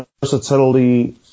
versatility